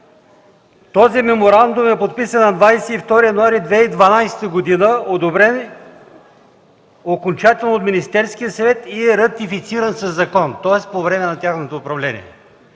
този меморандум е подписан на 22 януари 2012 г., одобрен окончателно от Министерския съвет и е ратифициран със закон. Тоест, по време на тяхното управление.